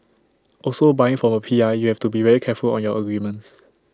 also buying from A P I you have to be very careful on your agreements